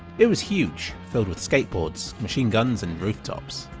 it was huge, filled with skateboards, machineguns and rooftops.